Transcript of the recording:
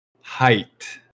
height